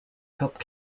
cup